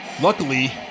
Luckily